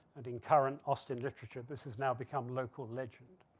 and in current austin literature, this has now become local legend.